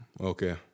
Okay